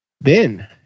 Ben